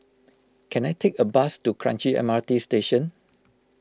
can I take a bus to Kranji M R T Station